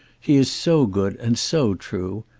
he is so good and so true!